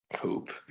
Hoop